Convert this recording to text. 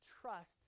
trust